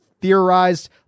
theorized